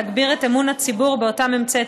להגביר את אמון הציבור באותם אמצעי